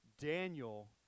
Daniel